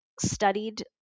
studied